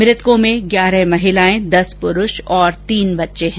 मृतकों में ग्यारह महिलाएं दस पुरुष और तीन बच्चे हैं